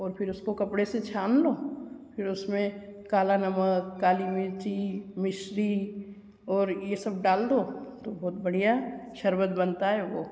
और फ़िर कपड़े से उसको छान लो फ़िर उसमें काला नमक काली मिर्ची मिश्री और यह सब डाल दो और बहुत बड़िया शरबत बनता है वह